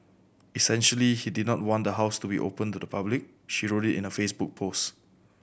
essentially he did not want the house to be open to the public she wrote in a Facebook post